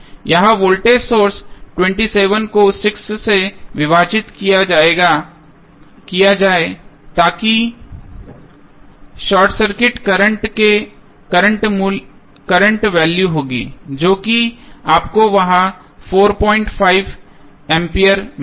यहां voltage source 27 को 6 से विभाजित किया जाए ताकि शॉर्ट सर्किट करंट वैल्यू होगी जो कि आपको वह 45 एम्पियर मिलेगा